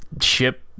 ship